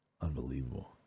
Unbelievable